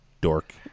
dork